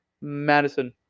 madison